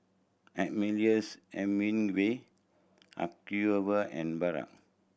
Ernest Hemingway Acuvue and Bragg